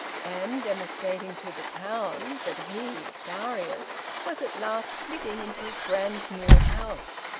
and demonstrating to the town that he, darius, was at last flitting into his grand new house.